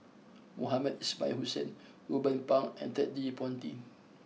Mohamed Ismail Hussain Ruben Pang and Ted De Ponti